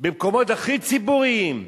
במקומות הכי ציבוריים,